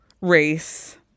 race